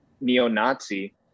neo-Nazi